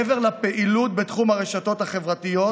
מעבר לפעילות בתחום הרשתות החברתיות,